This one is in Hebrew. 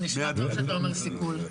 זה נשמע טוב כשאתה אומר סיכול.